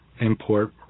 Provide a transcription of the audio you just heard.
import